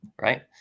right